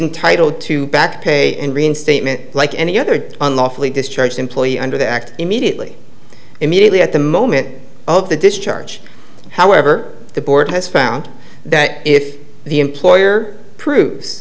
reinstatement like any other unlawfully discharged employee under the act immediately immediately at the moment of the discharge however the board has found that if the employer proves